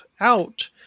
out